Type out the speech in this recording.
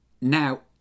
Now